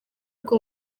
uko